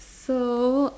so